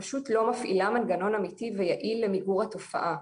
המערכת פשוט לא מפעילה מנגנון אמתי ויעיל למיגור התופעה,